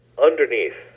underneath